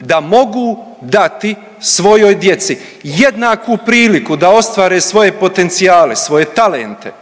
da mogu dati svojoj djeci jednaku priliku da ostvare svoje potencijale, svoje talente